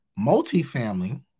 multifamily